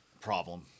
Problem